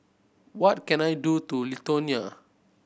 what can I do to Lithuania